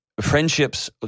friendships